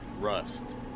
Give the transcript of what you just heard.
Rust